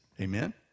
Amen